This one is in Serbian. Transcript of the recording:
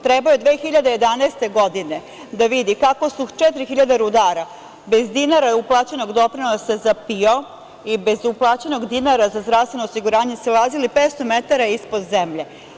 Trebalo je 2011. godine da vidi kako je 4.000 rudara bez dinara uplaćenog doprinosa za PIO i bez uplaćenog dinara za zdravstveno osiguranje silazilo 500 metara ispod zemlje.